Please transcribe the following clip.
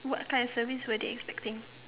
what kind of service were they expecting